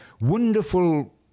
Wonderful